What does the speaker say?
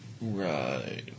Right